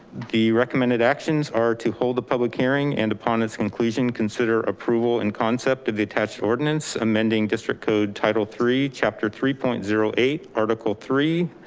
the recommended actions are to hold the public hearing and upon its conclusion consider approval and concept of the attached ordinance amending district code title iii chapter three point zero eight article three,